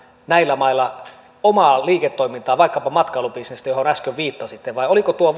näillä mailla omaa liiketoimintaa vaikkapa matkailubisnestä johon äsken viittasitte vai oliko tuo